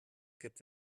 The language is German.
gibt